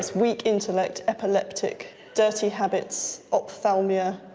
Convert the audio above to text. weak intellect, epileptic, dirty habits, opthalmia.